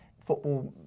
Football